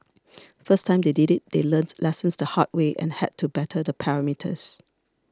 first time they did it they learnt lessons the hard way and had to better the parameters